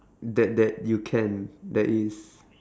that that you can there is